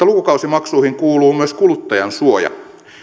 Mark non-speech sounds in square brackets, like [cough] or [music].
[unintelligible] lukukausimaksuihin kuuluu myös kuluttajansuoja